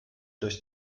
durchs